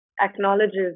acknowledges